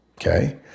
okay